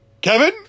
Kevin